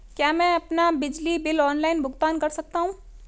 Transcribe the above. क्या मैं अपना बिजली बिल ऑनलाइन भुगतान कर सकता हूँ?